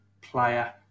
Player